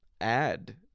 add